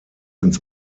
ins